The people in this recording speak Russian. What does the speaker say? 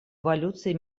эволюции